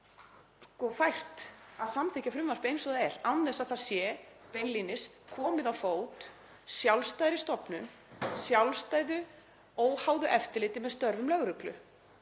fært að samþykkja frumvarpið eins og það er án þess að beinlínis sé komið á fót sjálfstæðri stofnun, sjálfstæðu óháðu eftirliti með störfum lögreglu,